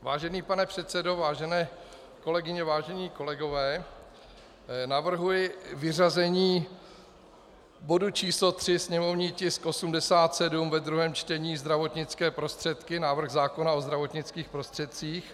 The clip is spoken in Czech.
Vážený pane předsedo, vážené kolegyně, vážení kolegové, navrhuji vyřazení bodu číslo 3, sněmovní tisk 87 ve druhém čtení, zdravotnické prostředky, návrh zákona o zdravotnických prostředcích.